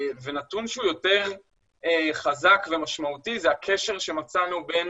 ונתון שהוא יותר חזק ומשמעותי זה הקשר שמצאנו בין